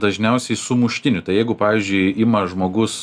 dažniausiai sumuštiniu tai jeigu pavyzdžiui ima žmogus